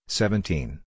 seventeen